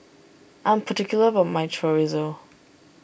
I'm particular about my Chorizo